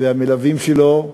ואת המלווים שלו,